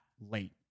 late